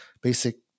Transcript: basic